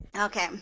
Okay